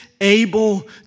able